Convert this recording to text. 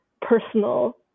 personal